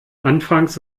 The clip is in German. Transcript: anfangs